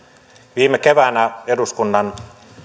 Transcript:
viime keväänä eduskunnan